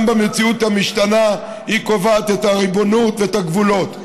גם במציאות המשתנה היא קובעת את הריבונות ואת הגבולות.